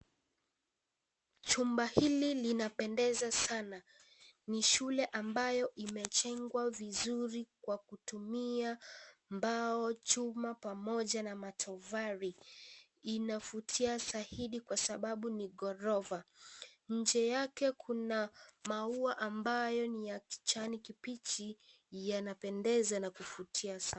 Chumba hili linapendeza sana, ni shule ambayo imechengwa vizuri, kwa kutumia, mbao, chuma, pamoja na matovali, inavutia sahidi kwa sababu ni gorova, nje yake kuna, maua ambayo ni ya kichani kipichi, yanapendeza na kuvutia sa.